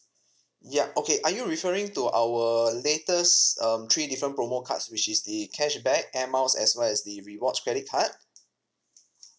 ya okay are you referring to our latest um three different promo cards which is the cashback air miles as well as the rewards credit card